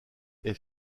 est